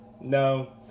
No